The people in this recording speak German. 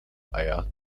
eier